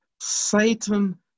Satan